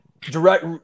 direct